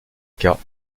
cas